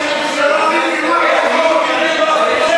תתבייש